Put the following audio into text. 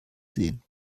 sehen